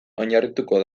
oinarrituko